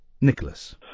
Nicholas